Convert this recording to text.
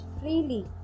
freely